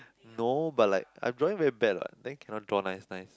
no but like I drawing very bad lah then cannot draw nice nice